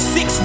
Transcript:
Six